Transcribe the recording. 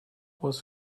was